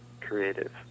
creative